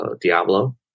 Diablo